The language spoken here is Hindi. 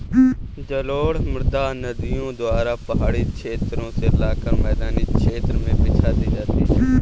जलोढ़ मृदा नदियों द्वारा पहाड़ी क्षेत्रो से लाकर मैदानी क्षेत्र में बिछा दी गयी है